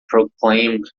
proclaimed